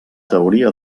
teoria